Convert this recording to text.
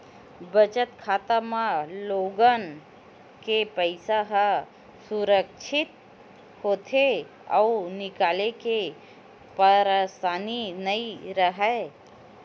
बचत खाता म लोगन के पइसा ह सुरक्छित होथे अउ निकाले के परसानी नइ राहय